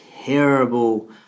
terrible